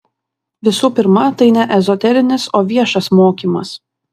visų pirma tai ne ezoterinis o viešas mokymas